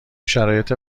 شرایط